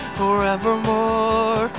forevermore